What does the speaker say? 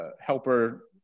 helper